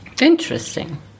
Interesting